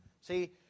See